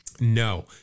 No